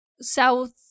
south